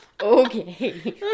Okay